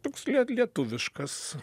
toks lie lietuviškas